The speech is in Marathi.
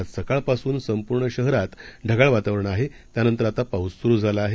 आजसकाळपासूनसंपूर्णशहरातढगाळवातावरणआहेत्यानंतरआतापाऊससुरूझालाआहे